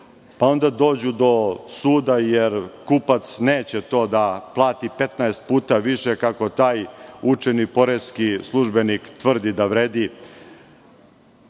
pa onda dođu do suda, jer kupac neće to da plati 15 puta više, kako taj učeni poreski službenik tvrdi da vredi.